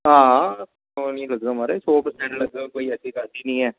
आं म्हाराज सौ परसेंट लग्गी जाना कम्म कोई ऐसी गल्ल निं ऐ